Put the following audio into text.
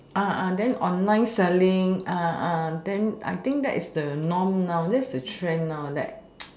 and then online selling then I think that it's the norm now that's the trend now that